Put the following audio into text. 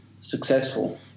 successful